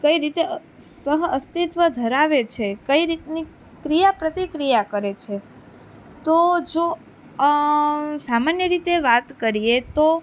કઈ રીતે અસ સહ અસ્તિત્વ ધરાવે છે કઈ રીતની ક્રિયા પ્રતિક્રિયા કરે છે તો જો સામાન્ય રીતે વાત કરીએ તો